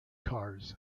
cars